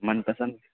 من پسند